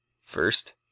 First